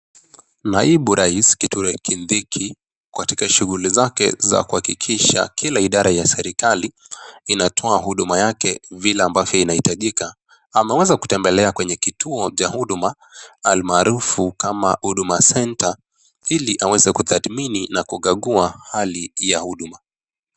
Naibu rais, Kithure kindiki, katika shughuli zake za kuhakikisha kila idara ya serikali inatoa huduma yake vile ambavyo inahitajika. Ameweza kutembelea kwenye kituo cha huduma, almaarufu kama Huduma Centre, ili aweze kuthathmini na kukagua hali ya huduma.